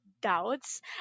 doubts